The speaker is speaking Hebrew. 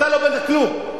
אתה לא בנית כלום.